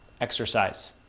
Exercise